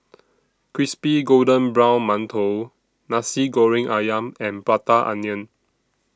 Crispy Golden Brown mantou Nasi Goreng Ayam and Prata Onion